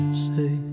say